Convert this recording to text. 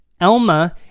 Elma